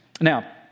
Now